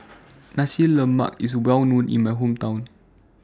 Nasi Lemak IS Well known in My Hometown